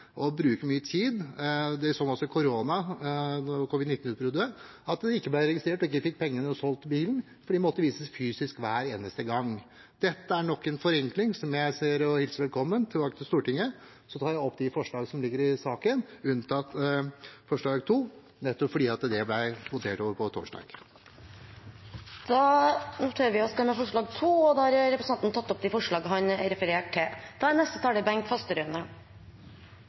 og man bruker mye tid. Det så man også under covid-19-utbruddet, at det ikke ble registrert, og at man ikke fikk pengene når man solgte bilen, fordi den måtte vises fysisk hver eneste gang. Dette er nok en forenkling som jeg hilser velkommen tilbake til Stortinget. Så tar jeg opp forslagene fra Fremskrittspartiet og forslagene vi fremmer sammen med Senterpartiet. Da har representanten Morten Stordalen tatt opp de forslagene han refererte til. Statsrådens uttalelse om at han er positiv til å vurdere rammevilkårene for denne type kjøretøyer er